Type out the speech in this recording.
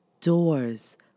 doors